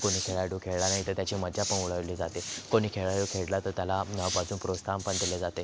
कोणी खेळाडू खेळला नाहीतर त्याची मजा पण ओरडली जाते कोणी खेळाडू खेळला तर त्याला बाजून प्रोत्साहन पण दिले जाते